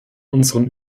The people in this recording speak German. unseren